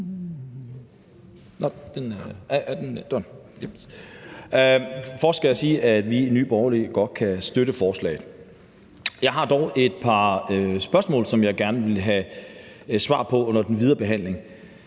Mathiesen (NB): Først skal jeg sige, at vi i Nye Borgerlige godt kan støtte forslaget. Jeg har dog et par spørgsmål, som jeg gerne vil have svar på under den videre behandling.